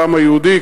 לעם היהודי,